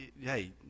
hey